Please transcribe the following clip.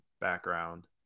background